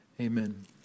amen